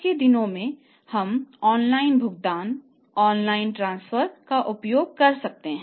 आज के दिनों में हम ऑनलाइन भुगतान ऑनलाइन ट्रांसफर का उपयोग कर रहे हैं